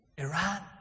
Iran